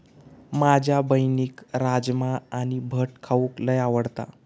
माझ्या बहिणीक राजमा आणि भट खाऊक लय आवडता